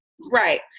right